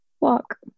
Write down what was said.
Walk